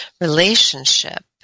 relationship